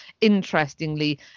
interestingly